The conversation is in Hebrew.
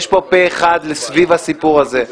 יש פה אחד סביב הסיפור הזה.